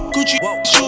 Gucci